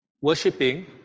worshipping